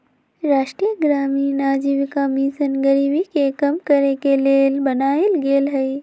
राष्ट्रीय ग्रामीण आजीविका मिशन गरीबी के कम करेके के लेल बनाएल गेल हइ